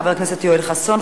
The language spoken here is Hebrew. חבר הכנסת יואל חסון,